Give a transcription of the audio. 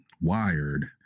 WIRED